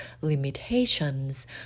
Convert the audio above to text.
limitations